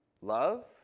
love